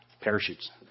parachutes